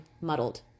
muddled